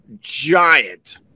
giant